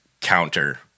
counter